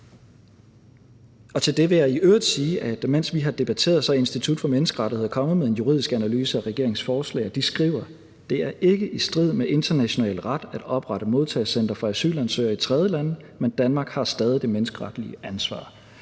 Til det vil jeg i øvrigt sige, at mens vi har debatteret, er Institut for Menneskerettigheder kommet med en juridisk analyse af regeringens forslag, og de skriver: »Det er ikke i strid med international ret at oprette modtagecentre for asylansøgere i tredjelande, men Danmark har stadig det menneskeretlige ansvar.«